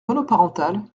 monoparentales